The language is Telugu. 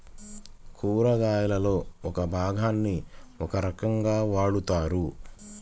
కూరగాయలలో ఒక్కో భాగాన్ని ఒక్కో రకంగా వాడతారు